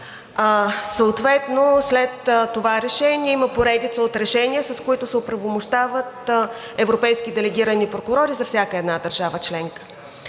Съответно след това решение има поредица от решения, с които се оправомощават европейски делегирани прокурори за всяка една държава членка.